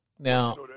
Now